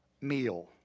meal